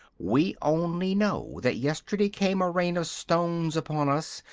we only know that yesterday came a rain of stones upon us,